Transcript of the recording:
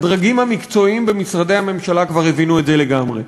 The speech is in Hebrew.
שהדרגים המקצועיים במשרדי הממשלה כבר הבינו את זה לגמרי.